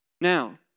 Now